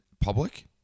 public